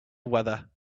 weather